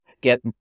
get